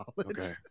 Okay